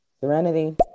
Serenity